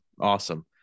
Awesome